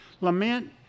Lament